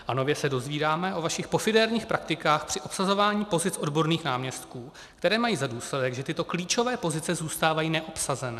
A nově se dozvídáme o vašich pofidérních praktikách při obsazování pozic odborných náměstků, které mají za důsledek, že tyto klíčové pozice zůstávají neobsazené.